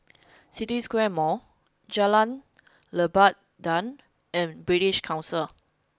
City Square Mall Jalan Lebat Daun and British Council